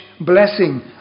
blessing